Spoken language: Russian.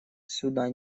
сюда